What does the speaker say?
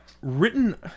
written